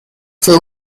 fue